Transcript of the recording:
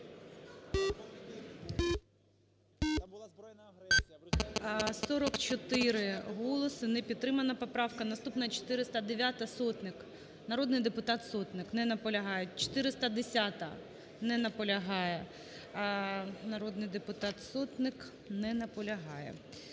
44 голоси, не підтримана поправка. Наступна – 409-а, Сотник. Народний депутат Сотник, не наполягає. 410-а. Не наполягає. Народний депутат Сотник не наполягає.